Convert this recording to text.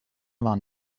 waren